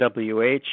WH